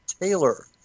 Taylor